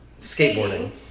Skateboarding